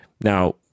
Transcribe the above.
Now